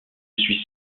suis